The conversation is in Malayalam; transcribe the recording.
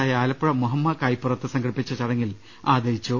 ടായ ആലപ്പുഴ മുഹമ്മ കായിപ്പുറത്ത് സംഘടിപ്പിച്ച ചടങ്ങിൽ ആദരിച്ചു